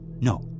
No